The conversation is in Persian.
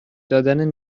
دادن